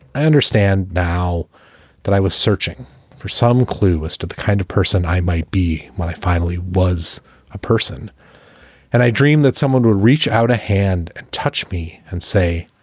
understand now that i was searching for some clue as to the kind of person i might be. when i finally was a person and i dream that someone would reach out a hand and touch me and say